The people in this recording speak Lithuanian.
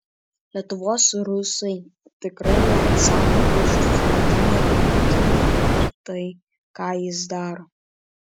lietuvos rusai tikrai neatsako už vladimirą putiną ir tai ką jis daro